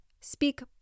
speak